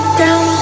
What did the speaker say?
down